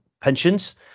pensions